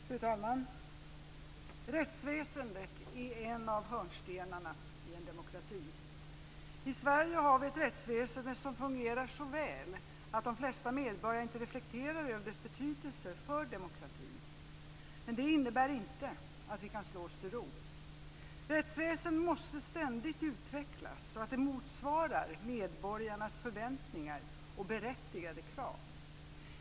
Fru talman! Rättsväsendet är en av hörnstenarna i en demokrati. I Sverige har vi ett rättsväsende som fungerar så väl att de flesta medborgarna inte reflekterar över dess betydelse för demokratin. Men det innebär inte att vi kan slå oss till ro. Rättsväsendet måste ständigt utvecklas så att det motsvarar medborgarnas förväntningar och berättigade krav.